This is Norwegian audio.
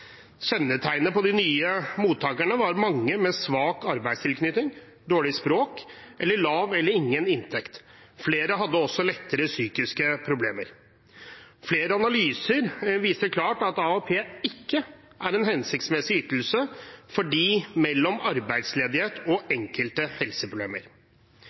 på mange av de nye mottakerne var svak arbeidstilknytning, dårlig språk eller lav eller ingen inntekt. Flere hadde også lettere psykiske problemer. Flere analyser viser klart at AAP ikke er en hensiktsmessig ytelse for dem mellom arbeidsledighet og enkelte helseproblemer.